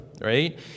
right